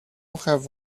have